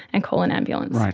and call an ambulance. right.